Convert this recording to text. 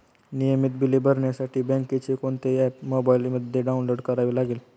नियमित बिले भरण्यासाठी बँकेचे कोणते ऍप मोबाइलमध्ये डाऊनलोड करावे लागेल?